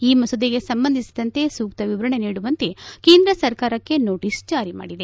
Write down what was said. ಈ ಮಸೂದೆಗೆ ಸಂಬಂಧಿಸಿದಂತೆ ಸೂಕ್ತ ವಿವರಣೆ ನೀಡುವಂತೆ ಕೇಂದ್ರ ಸರ್ಕಾರಕ್ಕೆ ನೋಟಿಸ್ ಜಾರಿ ಮಾಡಿದೆ